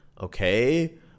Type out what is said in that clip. okay